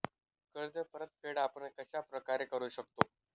कर्ज परतफेड आपण कश्या प्रकारे करु शकतो?